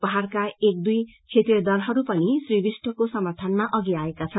पहाड़का एक दुई क्षेत्रिय दलहरू पनि श्री विष्टको समर्थनमा अघि आएका छन्